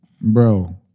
Bro